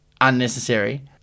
unnecessary